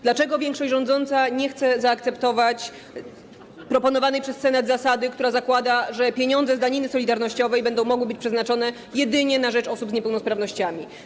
Dlaczego większość rządząca nie chce zaakceptować proponowanej przez Senat zasady, która zakłada, że pieniądze z daniny solidarnościowej będą mogły być przeznaczane jedynie na rzecz osób z niepełnosprawnościami?